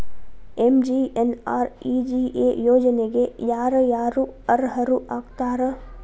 MGNREGA ಯೋಜನೆಗೆ ಯಾರ ಯಾರು ಅರ್ಹರು ಆಗ್ತಾರ?